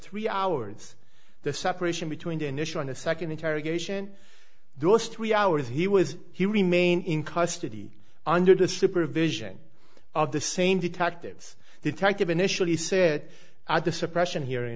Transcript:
three hours the separation between the initial and a second interrogation those three hours he was he remain in custody under the supervision of the same detectives detective initially said at the suppression hearing